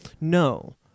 No